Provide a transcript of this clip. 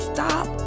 Stop